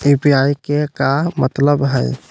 UPI के का मतलब हई?